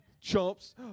chumps